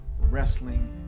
wrestling